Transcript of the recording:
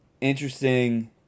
Interesting